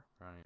Right